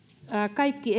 kaikki